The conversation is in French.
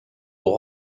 aux